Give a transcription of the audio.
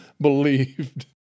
believed